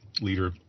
leader